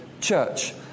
church